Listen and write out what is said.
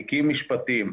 תיקים משפטיים.